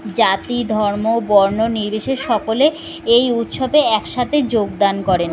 জাতি ধর্ম বর্ণ নির্বিশেষে সকলে এই উৎসবে একসাতে যোগদান করেন